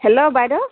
hello বাইদেউ